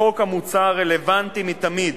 החוק המוצע רלוונטי מתמיד,